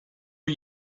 are